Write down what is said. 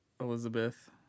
Elizabeth